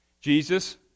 Jesus